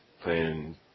playing